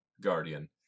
Guardian